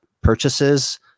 purchases